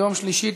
ביום שלישי,